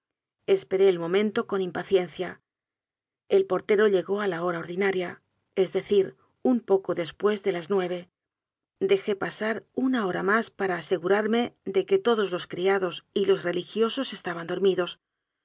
esperé el momento con impaciencia el portero llegó a la hora ordinaria es decir un poco después de las nueve dejé pasar una hora más para asegurarme de que todos los criados y los religiosos estaban dormidos